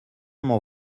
m’en